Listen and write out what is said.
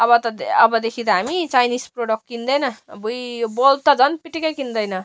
अब त अबदेखि त हामी चाइनिस प्रडक्ट किन्दैन अबुइ बल्ब त झन् पिटिक्कै किन्दैन